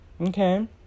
okay